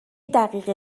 دقیقه